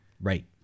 right